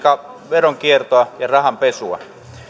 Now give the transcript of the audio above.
veronkiertoa ja rahanpesua